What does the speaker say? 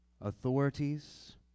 authorities